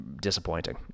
disappointing